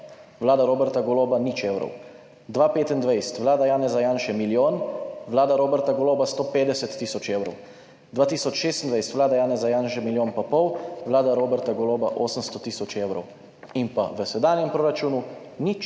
vlada Roberta Goloba nič evrov. Za leto 2025 vlada Janeza Janše milijon, vlada Roberta Goloba 150 tisoč evrov. 2026, vlada Janeza Janše milijon in pol, vlada Roberta Goloba 800 tisoč evrov, v sedanjem proračunu nič,